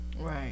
Right